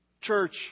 Church